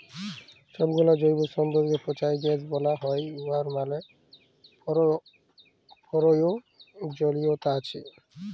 ছবগুলা জৈব সম্পদকে পঁচায় গ্যাস বালাল হ্যয় উয়ার ম্যালা পরয়োজলিয়তা আছে